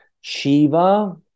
Shiva